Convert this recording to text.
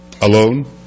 alone